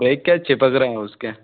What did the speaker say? break क्या चीपक रहें हैं उसके